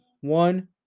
One